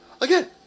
again